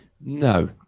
No